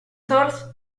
source